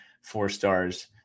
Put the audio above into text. four-stars